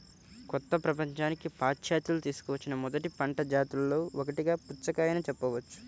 కొత్త ప్రపంచానికి పాశ్చాత్యులు తీసుకువచ్చిన మొదటి పంట జాతులలో ఒకటిగా పుచ్చకాయను చెప్పవచ్చు